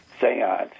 seance